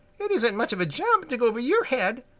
it isn't much of a jump to go over your head,